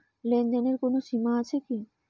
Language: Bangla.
লেনদেনের কোনো সীমা আছে কি?